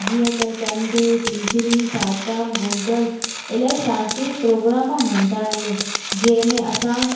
जीअं त चंड टीजड़ी सार्तम गोगल इलाही सांस्कृतिक प्रोग्राम हूंदा आहिनि जंहिंमें असां